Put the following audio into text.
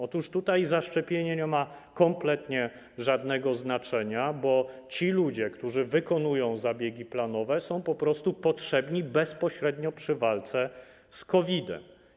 Otóż tutaj zaszczepienie nie ma kompletnie żadnego znaczenia, bo ci ludzie, którzy wykonują zabiegi planowe, są po prostu potrzebni bezpośrednio przy walce z COVID-em.